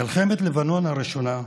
מלחמת לבנון הראשונה,